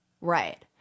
right